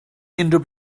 unrhyw